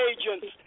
agents